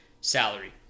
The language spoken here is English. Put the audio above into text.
salary